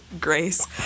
grace